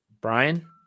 Brian